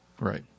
Right